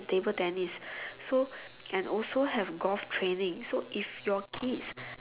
table tennis so can also have golf training so if your kids